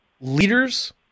leaders